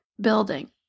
building